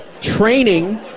Training